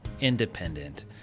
independent